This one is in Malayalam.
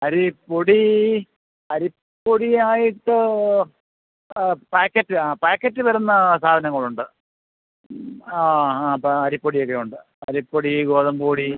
അരി പൊടീ അരിപ്പൊടിയായിട്ട് പായ്ക്കറ്റ് ആ പായ്ക്കറ്റ് വരുന്ന സാധനങ്ങളുണ്ട് ആ ആ അരിപ്പൊടിയൊക്കെ ഉണ്ട് അരിപ്പൊടി ഗോതമ്പ് പൊടി